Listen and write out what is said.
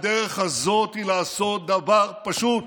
והדרך הזאת היא לעשות דבר פשוט,